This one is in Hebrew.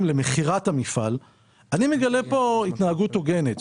למכירת המפעל אני מגלה התנהגות הוגנת.